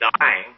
dying